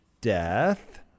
death